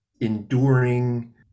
enduring